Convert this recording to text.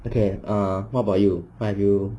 okay ah what about you what you